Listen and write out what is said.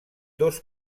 dos